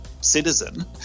citizen